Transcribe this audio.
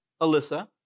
Alyssa